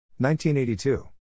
1982